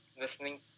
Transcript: listening